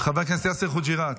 חבר הכנסת יאסר חוג'יראת.